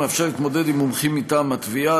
ומאפשר לה להתמודד עם מומחים מטעם התביעה.